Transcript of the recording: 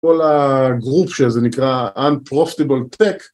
כל הגרופ שזה נקרא Unprofitable Tech